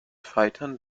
scheitern